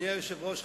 אדוני היושב-ראש,